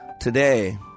Today